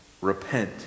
Repent